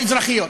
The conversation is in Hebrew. האזרחיות.